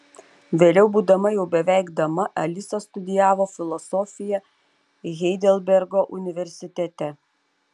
vėliau būdama jau beveik dama alisa studijavo filosofiją heidelbergo universitete